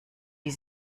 die